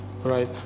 right